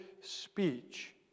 speech